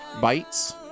bites